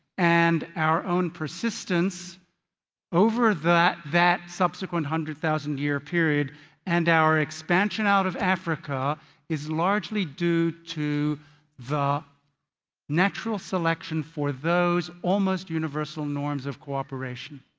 and our own persistence over that that subsequence hundred thousand year period and our expansion out of africa is largely due to the natural selection for those almost universal norms of cooperation.